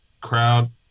crowd